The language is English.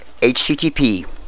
HTTP